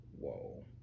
Whoa